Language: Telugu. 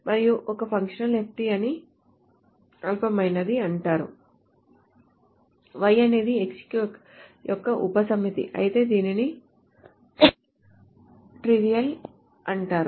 మరియు ఒక ఫంక్షనల్ FD ని అల్పమైనది అంటారు Y అనేది X యొక్క ఉపసమితి అయితే దీనిని ట్రివియల్ అంటారు